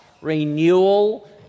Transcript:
renewal